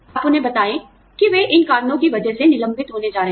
आप उन्हें बताएं कि वे इन कारणों की वजह से निलंबित होने जा रहे हैं